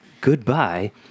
goodbye